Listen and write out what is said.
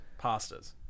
Pastas